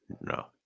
No